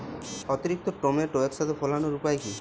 অতিরিক্ত টমেটো একসাথে ফলানোর উপায় কী?